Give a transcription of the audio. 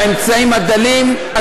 באמצעים הדלים.